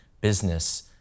business